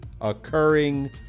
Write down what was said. occurring